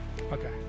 Okay